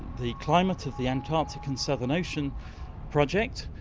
the climate of the antarctica and southern ocean project.